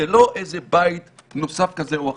זה לא איזה בית נוסף כזה או אחר.